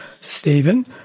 Stephen